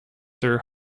sir